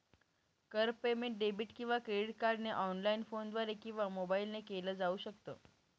कर payment debit किंवा credit कार्डने ऑनलाइन, फोनद्वारे किंवा मोबाईल ने केल जाऊ शकत